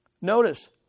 Notice